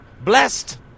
blessed